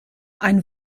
ein